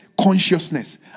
consciousness